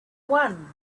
one